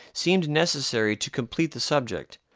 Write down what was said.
seemed necessary to complete the subject,